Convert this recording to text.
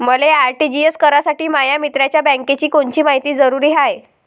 मले आर.टी.जी.एस करासाठी माया मित्राच्या बँकेची कोनची मायती जरुरी हाय?